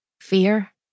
fear